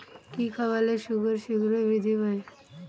কি খাবালে শুকর শিঘ্রই বৃদ্ধি পায়?